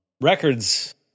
records